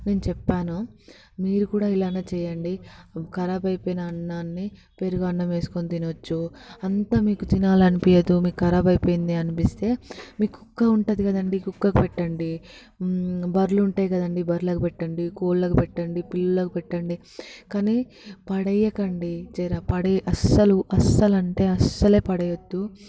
నేను చెప్పాను మీరు కూడా ఇలానే చేయండి కరాబ్ అయిపోయిన అన్నాన్ని పెరుగన్నం వేసుకొని తినవచ్చు అంతా మీకు తినాలి అనిపించదు మీకు కరాబ్ అయిపోయింది అనిపిస్తే మీ కుక్క ఉంటుంది కదండీ కుక్కకు పెట్టండి బర్రెలు ఉంటాయి కదండీ బర్రెలకి పెట్టండి కోళ్ళకు పెట్టండి పిల్లులకి పెట్టండి కానీ పడేయకండి జరా పడే అస్సలు అస్సలంటే అసలే పడేయవద్దు